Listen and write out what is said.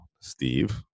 Steve